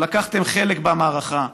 שלקחתם חלק במערכה,